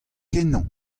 kenañ